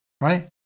right